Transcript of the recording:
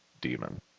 demon